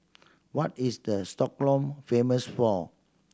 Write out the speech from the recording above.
what is the Stockholm famous for